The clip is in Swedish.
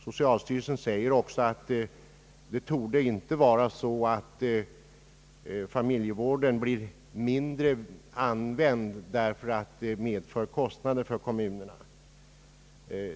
Socialstyrelsen säger att familjevården inte torde bli mindre använd därför att den medför kostnader för kommunerna.